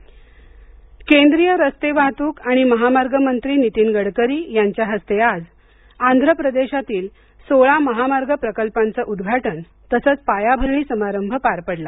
रस्ते उद्वाटन केंद्रीय रस्ते वाहतूक आणि महामार्ग मंत्री नीतीन गडकरी यांच्या हस्ते आज आंध्र प्रदेशातील सोळा महामार्ग प्रकल्पांचं उद्घाटन तसंच पायाभरणी समारंभ पार पडला